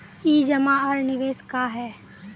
ई जमा आर निवेश का है?